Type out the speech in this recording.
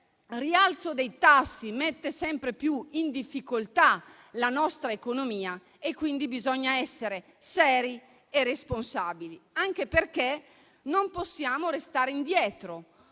rialzo dei tassi mette sempre più in difficoltà la nostra economia. Quindi, bisogna essere seri e responsabili, anche perché non possiamo restare indietro.